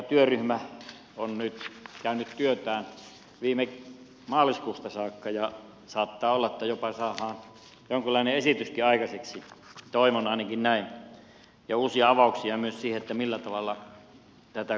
korjausvelkatyöryhmä on nyt tehnyt työtään viime maaliskuusta saakka ja saattaa olla että jopa saamme jonkunlaisen esityksenkin aikaiseksi toivon ainakin näin ja uusia avauksia myös siihen millä tavalla tätä korjausvelkaa kurottaisiin kiinni